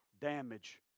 damage